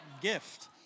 gift